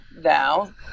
now